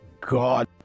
god